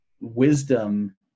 wisdom